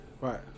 Right